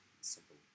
simple